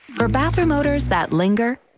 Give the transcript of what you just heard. her bathroom motors that linger.